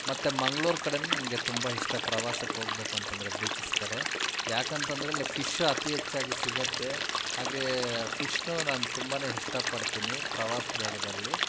ಮತ್ತು ಮಂಗ್ಳೂರು ಕಡೆ ನನಗೆ ತುಂಬ ಇಷ್ಟ ಪ್ರವಾಸಕ್ಕೆ ಹೋಗ್ಬೇಕು ಅಂತಂದರೆ ಬೀಚಸ್ ಕಡೆ ಯಾಕಂತಂದರೆ ಅಲ್ಲಿ ಫಿಶ್ಶು ಅತಿ ಹೆಚ್ಚಾಗಿ ಸಿಗತ್ತೆ ಹಾಗೆ ಫಿಶ್ಶನ್ನೂ ನಾನು ತುಂಬಾ ಇಷ್ಟಪಡ್ತೀನಿ ಪ್ರವಾಸ ಜಾಗದಲ್ಲಿ